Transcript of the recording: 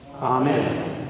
Amen